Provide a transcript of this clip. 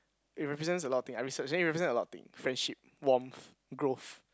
it represents a lot of thing I research then it represent a lot of thing friendship warmth growth